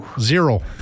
zero